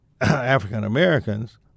African-Americans